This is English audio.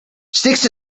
sticks